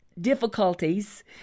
difficulties